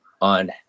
on